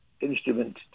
instrument